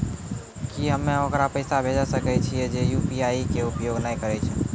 की हम्मय ओकरा पैसा भेजै सकय छियै जे यु.पी.आई के उपयोग नए करे छै?